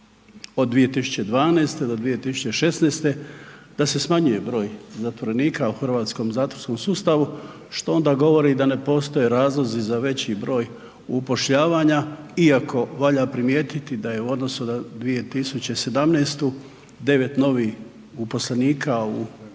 od 2012. do 2016. da se smanjuje broj zatvorenika u hrvatskom zatvorskom sustavu, što onda govori da ne postoje razlozi za veći broj upošljavanja iako valja primijetiti da je u odnosu na 2017. 9 novih uposlenika u hrvatskom